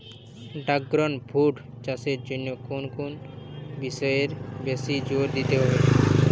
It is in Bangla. ড্রাগণ ফ্রুট চাষের জন্য কোন কোন বিষয়ে বেশি জোর দিতে হয়?